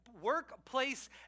workplace